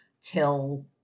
till